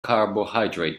carbohydrate